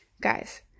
Guys